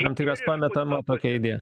jum tai jos pametama tokia idėja